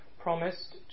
promised